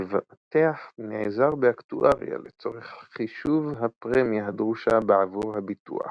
המבטח נעזר באקטואריה לצורך חישוב הפרמיה הדרושה בעבור הביטוח,